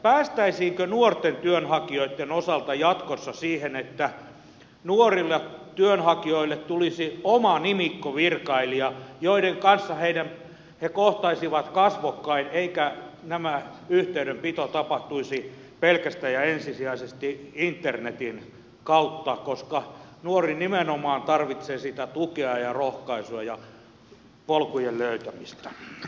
päästäisiinkö nuorten työnhakijoitten osalta jatkossa siihen että nuorille työnhakijoille tulisi oma nimikkovirkailija jonka kanssa he kohtaisivat kasvokkain eikä tämä yhteydenpito tapahtuisi pelkästään ja ensisijaisesti internetin kautta koska nuori nimenomaan tarvitsee sitä tukea ja rohkaisua ja polkujen löytämistä